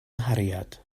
nghariad